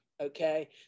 Okay